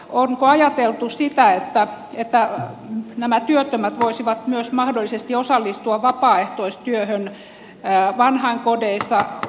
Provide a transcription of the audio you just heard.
onko ajateltu sitä että nämä työttömät voisivat myös mahdollisesti osallistua vapaaehtoistyöhön vanhainkodeissa